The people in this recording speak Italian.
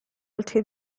alti